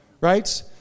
Right